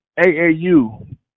aau